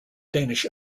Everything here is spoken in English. danish